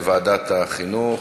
לוועדת החינוך.